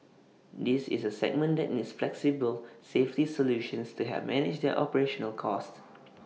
this is A segment that needs flexible safety solutions to help manage their operational costs